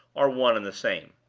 are one and the same.